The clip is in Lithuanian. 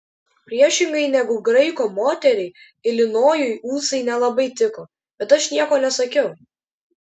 priešingai negu graiko moteriai ilinojui ūsai nelabai tiko bet aš nieko nesakiau